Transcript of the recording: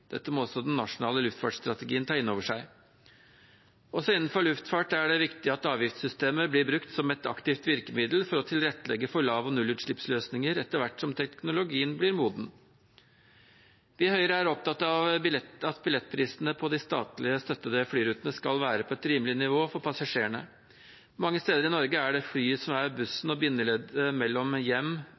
Dette må også den nasjonale luftfartsstrategien ta inn over seg. Også innenfor luftfart er det viktig at avgiftssystemet blir brukt som et aktivt virkemiddel for å tilrettelegge for lav- og nullutslippsløsninger etter hvert som teknologien blir moden. Vi i Høyre er opptatt av at billettprisene på de de statlig støttede flyrutene skal være på et rimelig nivå for passasjerene. Mange steder i Norge er det flyet som er bussen og bindeleddet mellom hjem